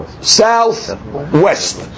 southwest